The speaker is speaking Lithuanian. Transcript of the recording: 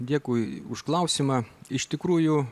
dėkui už klausimą iš tikrųjų